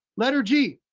letter g,